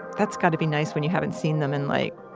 that's gotta be nice when you haven't seen them in like,